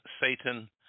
Satan